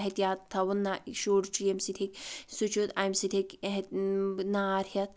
احتِیاط تھاوُن نہَ شُر چھُ ییٚمہِ سۭتۍ ہیٚکہِ سُہ چھُ امہِ سۭتۍ ہیٚکہِ ایٚحہِ نار ہیٚتھ